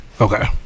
Okay